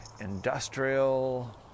industrial